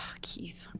Keith